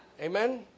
Amen